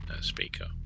speaker